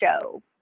show